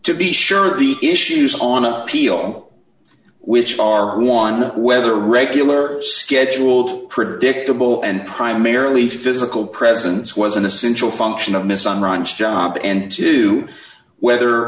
to be sure of the issues on appeal which are on whether regular scheduled predictable and primarily physical presence was an essential function of misson ranch job and to whether